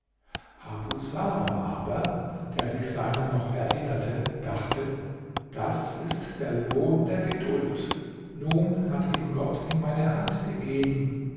aber der sich seiner noch erinnerte dachte das ist der lohn der geduld nun hat ihn gott in meine hand gegeben